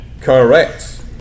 Correct